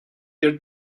your